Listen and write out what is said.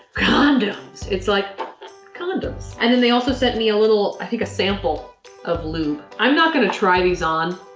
condoms! it's like condoms. and then they also sent me a little, i think a sample of lube. i'm not gonna try these on.